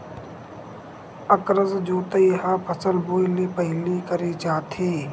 अकरस जोतई ह फसल बोए ले पहिली करे जाथे